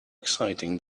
exciting